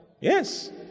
Yes